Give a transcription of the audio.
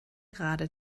gerade